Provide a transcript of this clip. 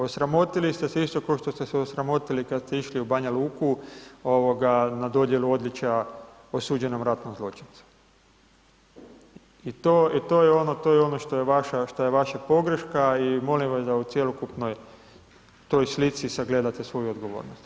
Osramotili ste se isto košto ste se osramotili kad ste išli u Banja Luku na dodjelu odličja osuđenom ratnom zločincu i to je ono što je vaša pogreška i molim vas da o cjelokupnoj toj slici sagledate svoju odgovornost.